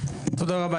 תודה רבה.